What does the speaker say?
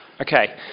Okay